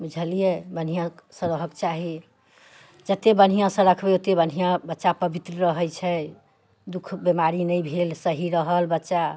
बुझलियै बढ़िआँसऽ रहऽके चाही जतेक बढ़िआँसँ रखबै ओतेक बढ़िआँ बच्चा पवित्र रहैत छै दुःख बिमारी नहि भेल सही रहल बच्चा